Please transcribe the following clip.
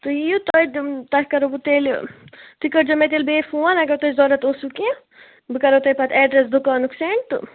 تُہۍ یِیو تۄہہِ دِمہٕ تۄہہِ کرَو بہٕ تیٚلہِ تُہۍ کٔرۍزیٚو مےٚ تیٚلہِ بیٚیہِ فون اگر تۄہہِ ضروٗرت اوسُو کیٚنٛہہ بہٕ کرَو تۄہہِ پتہٕ ایٚڈرَس دُکانُک سینٛڈ تہٕ